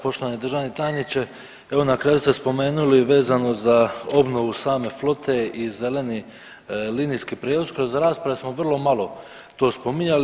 Poštovani državni tajniče, evo na kraju ste spomenuli vezano za obnovu same flote i zeleni linijski prijevoz, kroz raspravu smo vrlo malo to spominjali.